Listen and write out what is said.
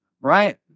Right